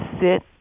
sit